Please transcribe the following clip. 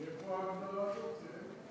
מאיפה ההגדרה הזאת,